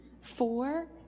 four